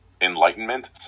enlightenment